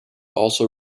also